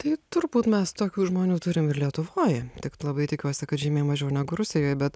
tai turbūt mes tokių žmonių turim ir lietuvoj tik labai tikiuosi kad žymiai mažiau negu rusijoj bet